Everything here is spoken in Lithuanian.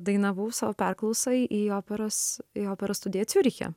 dainavau savo perklausai į operos į operos studiją ciuriche